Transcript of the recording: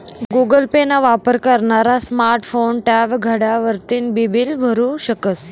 Google pay ना वापर करनारा स्मार्ट फोन, टॅब, घड्याळ वरतीन बी बील भरु शकस